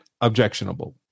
objectionable